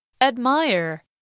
Admire